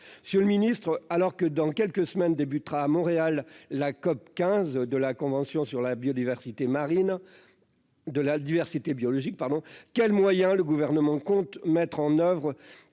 sur le ministre, alors que dans quelques semaines, débutera à Montréal la COP 15 de la convention sur la biodiversité marine de la diversité biologique, pardon, quels moyens le gouvernement compte mettre en oeuvre